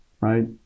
right